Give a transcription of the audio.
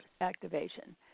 activation